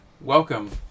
welcome